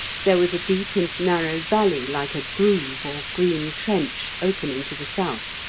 there was a deep and narrow valley like a groove or green trench opening to the south.